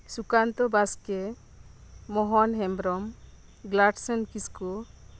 Sukanta Baske Mohan Hembrom Gladson Kisku